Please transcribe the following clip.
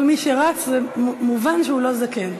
כל מי שרץ, מובן שהוא לא זקן.